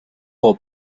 for